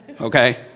okay